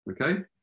okay